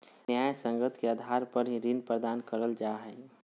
न्यायसंगत के आधार पर ही ऋण प्रदान करल जा हय